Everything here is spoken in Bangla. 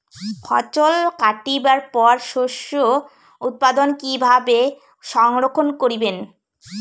ফছল কাটিবার পর শস্য উৎপাদন কিভাবে সংরক্ষণ করিবেন?